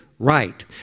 Right